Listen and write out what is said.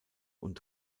und